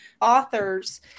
Authors